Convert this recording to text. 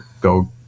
go